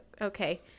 Okay